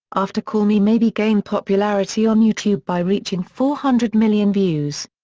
after call me maybe gained popularity on youtube by reaching four hundred million views.